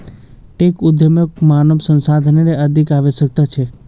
tech उद्यमक मानव संसाधनेर अधिक आवश्यकता छेक